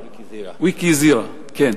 "ויקיזירה", כן.